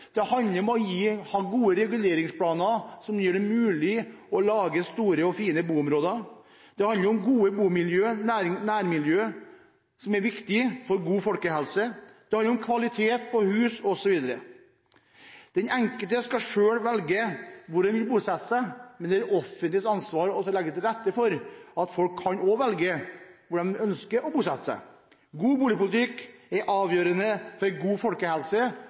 Det handler om å ha gode reguleringsplaner som gjør det mulig å lage store og fine boområder. Det handler om gode nærmiljøer, som er viktige for god folkehelse. Det handler om kvaliteten på hus osv. Den enkelte skal selv velge hvor han/hun vil bosette seg, men det er det offentliges ansvar å legge til rette for at folk kan velge hvor de ønsker å bosette seg. God boligpolitikk er avgjørende for god folkehelse.